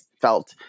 felt